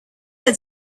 had